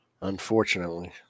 Unfortunately